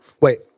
Wait